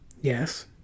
Yes